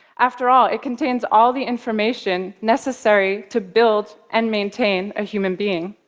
after all, it contains all the information necessary to build and maintain a human being.